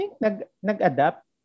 nag-adapt